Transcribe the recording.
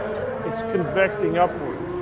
it's convecting upward.